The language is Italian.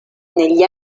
negli